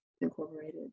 incorporated